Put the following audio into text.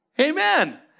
Amen